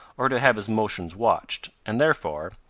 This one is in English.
or to have his motions watched and therefore,